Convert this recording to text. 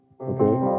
Okay